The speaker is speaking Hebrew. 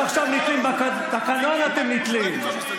אתם עכשיו נתלים, בתקנון אתם נתלים.